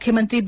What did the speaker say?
ಮುಖ್ಯಮಂತ್ರಿ ಬಿ